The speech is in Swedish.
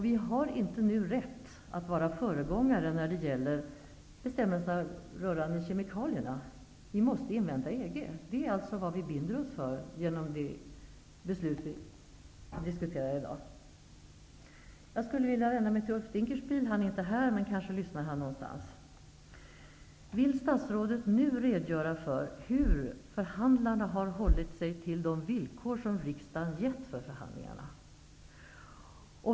Vi har inte rätt att vara föregångare när det gäller bestämmelser för kemikalier. Vi måste invänta EG:s beslut. Detta är vad vi binder oss för genom det beslut som vi diskuterar i dag. Jag skulle sedan vilja vända mig till Ulf Dinkelspiel. Han är inte närvarande i kammaren, men han kanske lyssnar på debatten någon annanstans. Vill statsrådet nu redogöra för hur förhandlarna har hållit sig till de villkor som riksdagen har gett för förhandlingarna?